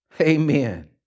amen